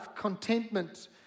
contentment